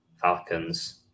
Falcons